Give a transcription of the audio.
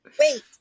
wait